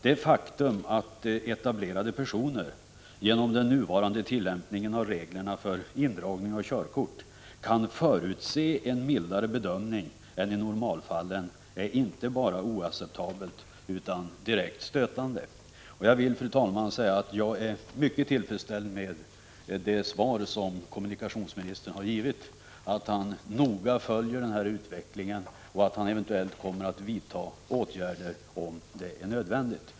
Det faktum att väletablerade personer genom den nuvarande tillämpningen av reglerna för indragning av körkort kan förutse en mildare bedömning än i normalfallen är inte bara oacceptabelt utan direkt stötande. Jag vill, fru talman, säga att jag är mycket tillfredsställd med kommunikationsministerns svar att han noga följer denna utveckling och kommer att vidta åtgärder om det är nödvändigt.